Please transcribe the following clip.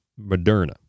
Moderna